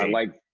um like,